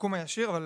השיקום הישיר, אבל